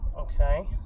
Okay